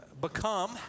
Become